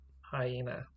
hyena